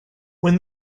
when